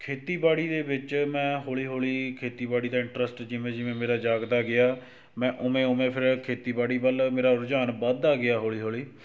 ਖੇਤੀਬਾੜੀ ਦੇ ਵਿੱਚ ਮੈਂ ਹੌਲੀ ਹੌਲੀ ਖੇਤੀਬਾੜੀ ਦਾ ਇੰਟਰਸਟ ਜਿਵੇਂ ਜਿਵੇਂ ਮੇਰਾ ਜਾਗਦਾ ਗਿਆ ਮੈਂ ਉਵੇਂ ਉਵੇਂ ਫਿਰ ਖੇਤੀਬਾੜੀ ਵੱਲ੍ਹ ਮੇਰਾ ਰੁਝਾਨ ਵੱਧਦਾ ਗਿਆ ਹੌਲੀ ਹੌਲੀ